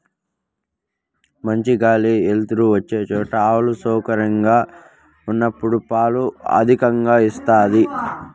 మంచి గాలి ఎలుతురు వచ్చే చోట ఆవు సౌకర్యంగా, ఆరోగ్యంగా ఉన్నప్పుడు పాలు అధికంగా ఇస్తాది